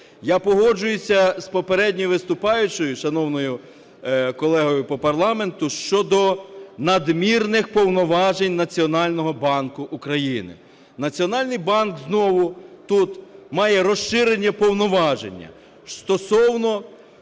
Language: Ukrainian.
Я погоджуюся з попередньою виступаючою, шановною колегою по парламенту, щодо надмірних повноважень Національного банку України. Національний банк знову тут має розширені повноваження стосовно